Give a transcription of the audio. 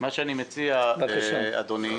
אני מציע, אדוני,